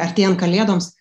artėjan kalėdoms